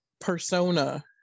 persona